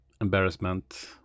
embarrassment